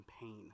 pain